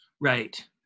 Right